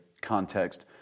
context